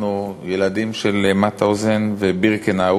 אנחנו ילדים של מאוטהאוזן ובירקנאו